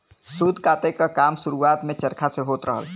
सूत काते क काम शुरुआत में चरखा से होत रहल